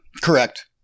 Correct